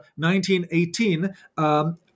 1918